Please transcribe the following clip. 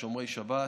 לשומרי שבת,